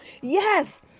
Yes